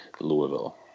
Louisville